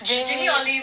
jamie